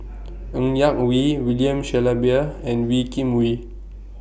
Ng Yak Whee William Shellabear and Wee Kim Wee